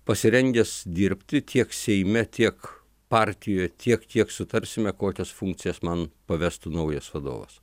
pasirengęs dirbti tiek seime tiek partijoj tiek tiek sutarsime kokias funkcijas man pavestų naujas vadovas